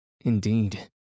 indeed